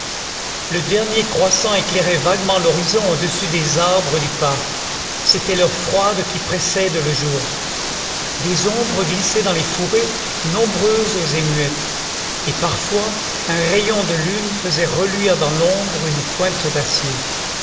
le dernier croissant éclairait vaguement l'horizon au-dessus des arbres du parc c'était l'heure froide qui précède le jour des ombres glissaient dans les fourrés nombreuses et muettes et parfois un rayon de lune faisait reluire dans l'ombre une pointe d'acier